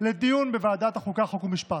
לדיון בוועדת החוקה, חוק ומשפט.